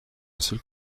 seule